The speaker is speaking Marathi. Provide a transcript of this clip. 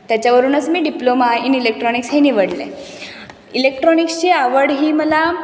त्याच्यावरूनच मी डिप्लोमा इन इलेक्ट्रॉनिक्स हे निवडलं आहे इलेक्ट्रॉनिक्सची आवड ही मला